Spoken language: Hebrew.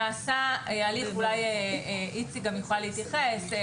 נעשה הליך, איציק יוכל להתייחס.